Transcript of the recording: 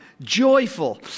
joyful